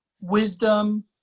wisdom